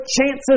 chances